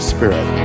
Spirit